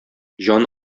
җан